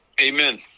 Amen